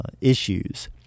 issues